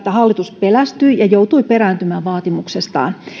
hallitus pelästyi ja joutui perääntymään vaatimuksestaan